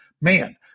man